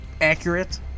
accurate